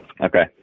okay